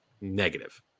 Negative